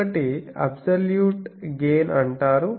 ఒకటి absolute gain అంటారు